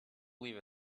believe